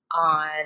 on